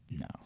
No